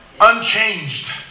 Unchanged